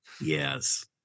Yes